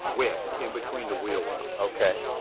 width, in between the wheel wells. okay.